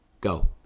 Go